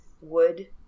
wood